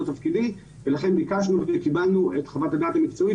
תפקידי ולכן ביקשנו וקיבלנו את חוות הדעת המקצועית